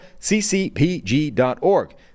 ccpg.org